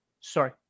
Sorry